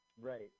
Right